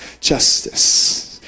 justice